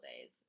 days